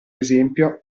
esempio